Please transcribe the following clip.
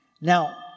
Now